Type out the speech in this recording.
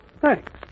Thanks